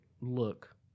look